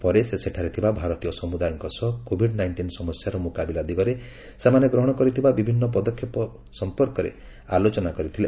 ପରେ ସେ ସେଠାରେ ଥିବା ଭାରତୀୟ ସମୁଦାୟଙ୍କ ସହ କୋଭିଡ ନାଇଷ୍ଟିନ୍ ସମସ୍ୟାର ମୁକାବିଲା ଦିଗରେ ସେମାନେ ଗ୍ରହଣ କରିଥିବା ବିଭିନ୍ନ ପଦକ୍ଷେପ ବିଷୟରେ ଆଲୋଚନା କରିଥିଲେ